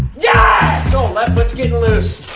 yeah so left foot's getting loose.